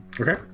Okay